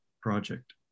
project